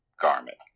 garment